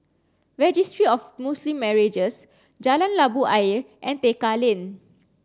Registry of Muslim Marriages Jalan Labu Ayer and Tekka Lane